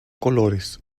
colores